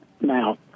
now